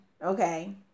Okay